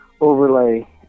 overlay